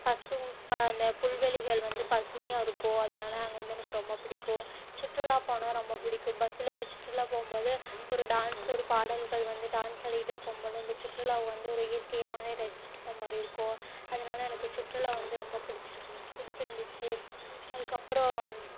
பசும் ப அந்த புல்வெளிகள் வந்து பசுமையாக இருக்கும் அதனால அங்கே வந்து எனக்கு ரொம்ப பிடிக்கும் சுற்றுலா போனால் ரொம்ப பிடிக்கும் பஸ்சில் சுற்றுலா போகும்போது ஒரு டான்ஸ் ஒரு பாடல்கள் வந்து டான்ஸ் ஆடிக்கிட்டே போகும்போது அந்த சுற்றுலா வந்து ஒரு இயற்கைமயமாய் ரசிச்சுட்டு போக மாதிரி இருக்கும் அதனால எனக்கு சுற்றுலா வந்து ரொம்ப பிடிச்சிருக்குன் பிடிச்சிருந்துச்சு அதுக்கப்புறம்